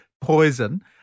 poison